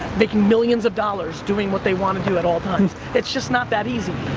making millions of dollars doing what they want to do at all times. it's just not that easy.